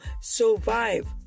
survive